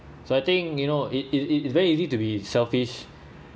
so I think you know it it it it's very easy to be selfish